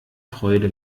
freude